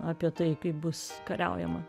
apie tai kaip bus kariaujama